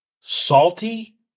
salty